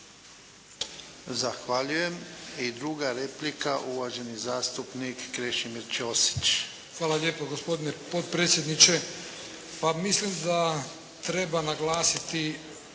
Zahvaljujem. I druga replika, uvaženi zastupnik Krešimir Ćosić. **Ćosić, Krešimir (HDZ)** Hvala vam lijepo gospodine potpredsjedniče. Pa mislim da treba naglasiti